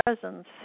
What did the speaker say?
presence